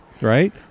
Right